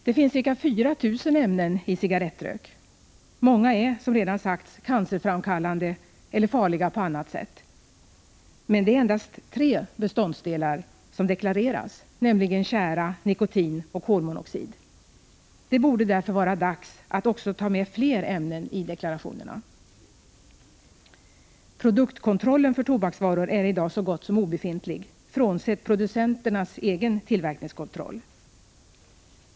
Det finns ca 4 000 ämnen i cigarrettrök. Många är — som redan sagts — cancerframkallande eller farliga på annat sätt. Men det är endast tre beståndsdelar som deklareras, nämligen tjära, nikotin och kolmonoxid. Det borde därför vara dags att ta med fler ämnen i deklarationerna. Produktkontrollen för tobaksvaror är i dag så gott som obefintlig — frånsett producenternas egen tillverkningskontroll.